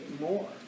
more